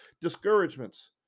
discouragements